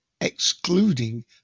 excluding